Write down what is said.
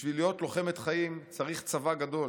בשביל להיות לוחמת חיים צריך צבא גדול.